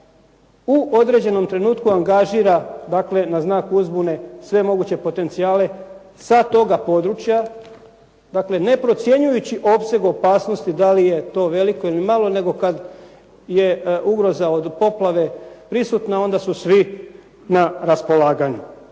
u određenom trenutku angažira dakle na znak uzbune sve moguće potencijale sa toga područja. Dakle ne procjenjujući opseg opasnosti da li je to veliko ili malo, nego kada je ugroza od poplave prisutna onda su svi na raspolaganju.